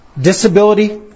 disability